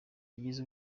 yagize